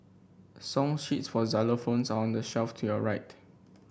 song sheets for xylophones are on the shelf to your right